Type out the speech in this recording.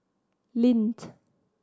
lindt